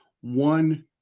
One